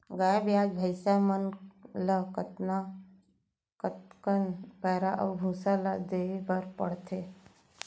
गाय ब्याज भैसा मन ल कतका कन पैरा अऊ भूसा ल देये बर पढ़थे?